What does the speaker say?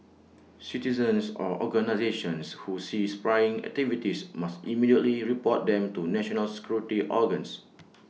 citizens or organisations who see spying activities must immediately report them to national security organs